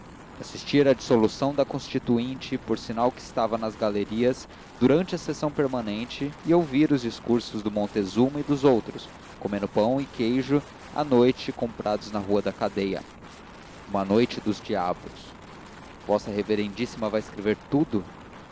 assistira à dissolução da constituinte por sinal que estava nas galerias durante a sessão permanente e ouviu os discursos do montezuma e dos outros comendo pão e queijo à noite comprados na rua da cadeia uma noite dos diabos vossa reverendíssima vai escrever tudo